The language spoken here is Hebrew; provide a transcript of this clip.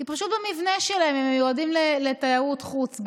כי פשוט במבנה שלהם הם מיועדים לתיירות חוץ,